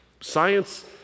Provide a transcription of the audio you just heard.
Science